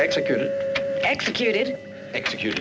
executed executed execute